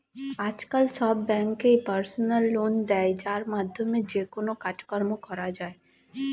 আজকাল সব ব্যাঙ্কই পার্সোনাল লোন দেয় যার মাধ্যমে যেকোনো কাজকর্ম করা যায়